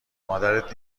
مادرت